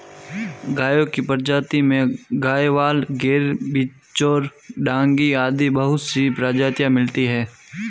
गायों की प्रजाति में गयवाल, गिर, बिच्चौर, डांगी आदि बहुत सी प्रजातियां मिलती है